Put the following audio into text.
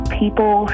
people